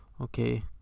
okay